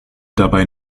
dabei